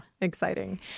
Exciting